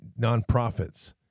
nonprofits